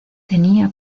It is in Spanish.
tenía